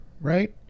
right